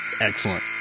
Excellent